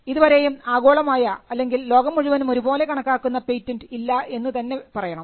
ഇതുവരെയും ആഗോളമായ അല്ലെങ്കിൽ ലോകം മുഴുവനും ഒരുപോലെ കണക്കാക്കുന്ന പേറ്റന്റ് ഇല്ല എന്ന് തന്നെ പറയണം